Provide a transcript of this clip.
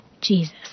Jesus